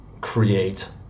create